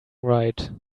right